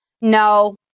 no